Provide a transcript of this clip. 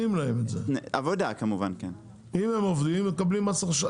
אם הם עובדים, הם מקבלים.